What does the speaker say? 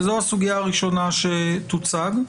וזו הסוגיה הראשונה שתוצג.